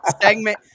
segment